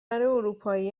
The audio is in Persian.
اروپایی